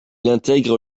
intègre